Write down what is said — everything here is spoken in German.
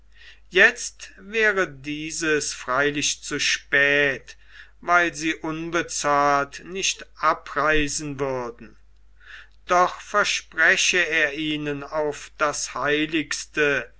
jetzt wäre dieses freilich zu spät weil sie unbezahlt nicht abreisen würden doch verspreche er ihnen auf das heiligste